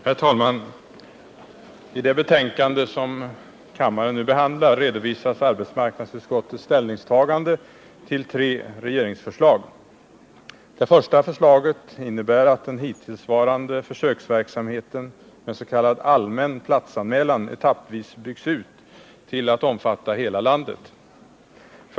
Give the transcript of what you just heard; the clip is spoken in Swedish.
Herr talman! I det betänkande som kammaren nu behandlar redovisas arbetsmarknadsutskottets ställningstagande till tre regeringsförslag. Det första förslaget innebär att den hittillsvarande försöksverksamheten med s.k. allmän platsanmälan etappvis byggs ut till att omfatta hela landet.